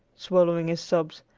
swallowing his sobs,